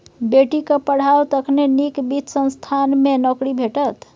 बेटीक पढ़ाउ तखने नीक वित्त संस्थान मे नौकरी भेटत